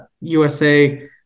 USA